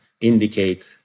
indicate